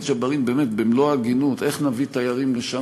חבר הכנסת ג'בארין,